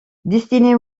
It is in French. destinée